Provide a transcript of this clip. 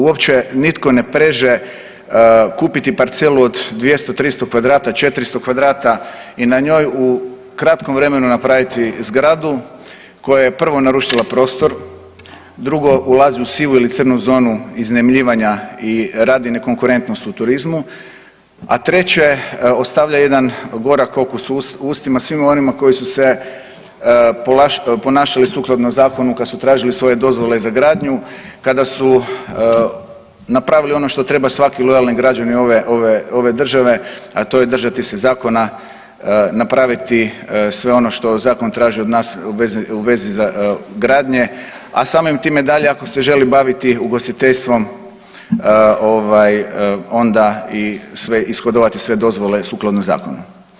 Uopće nitko ne preže kupiti parcelu od 200, 300 kvadrata, 400 kvadrata i na njoj u kratkom vremenu napraviti zgradu koja je prvo narušila prostor, drugo ulazi u sivu ili crnu zonu iznajmljivanja i radi ne konkurentnost u turizmu, a treće ostavlja jedan gorak okus u ustima svima onima koji su se ponašali sukladno zakonu kad su tražili svoje dozvole za gradnju, kada su napravili ono što treba svaki lojalni građani ove države a to je držati se zakona, napraviti sve ono što zakon traži od nas u vezi gradnje a samim time dalje ako se želi baviti ugostiteljstvom onda i sve ishodovati sve dozvole sukladno zakonu.